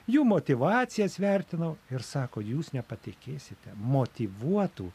jų motyvacijas vertinau ir sako jūs nepatikėsite motyvuotų